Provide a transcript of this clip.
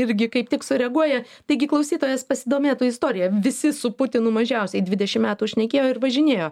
irgi kaip tik sureaguoja taigi klausytojas pasidomėtų istorija visi su putinu mažiausiai dvidešim metų šnekėjo ir važinėjo